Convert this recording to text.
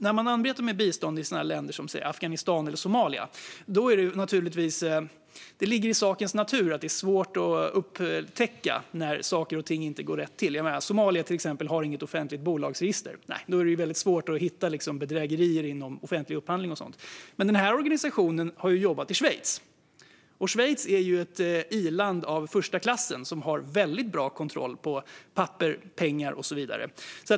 När man arbetar med bistånd i länder som exempelvis Afghanistan eller Somalia ligger det i sakens natur att det är svårt att upptäcka när saker och ting inte går rätt till. Till exempel har Somalia inget offentligt bolagsregister. Då är det väldigt svårt att hitta bedrägerier inom offentlig upphandling och så vidare. Men den här organisationen har ju jobbat i Schweiz, ett i-land av första klass som har väldigt bra kontroll på papper, pengar och så vidare.